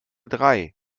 drei